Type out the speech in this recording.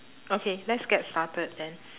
okay let's get started then